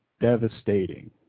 devastating